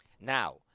Now